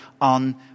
on